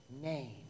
name